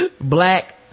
Black